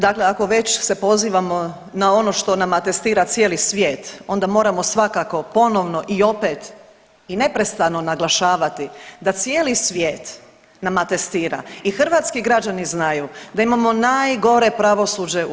Dakle, ako već se pozivamo na ono što nam atestira cijeli svijet onda moramo svakako ponovno i opet i neprestano naglašavati da cijeli svijet nam atestira i hrvatski građani znaju da imamo najgore pravosuđe u EU.